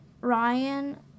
Ryan